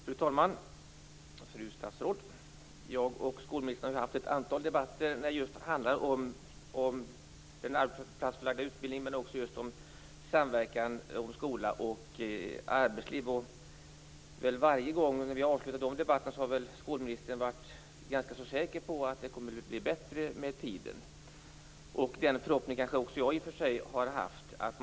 Fru talman! Fru statsråd! Jag och skolministern har fört ett antal debatter om den arbetsplatsförlagda utbildningen, men också om samverkan om skola och arbetsliv. Varje gång vi har avslutad debatterna har skolministern varit ganska säker på att det hela kommer att bli bättre med tiden. Den förhoppningen har väl också jag haft i och för sig.